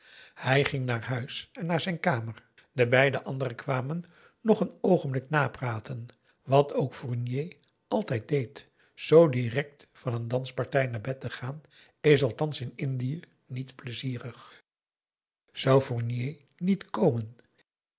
hij ging naar huis en naar zijn kamer de beide anderen kwamen nog een oogenblik napraten wat ook fournier altijd deed zoo direct van een danspartij naar bed te gaan is althans in indië niet pleizierig zou fournier niet komen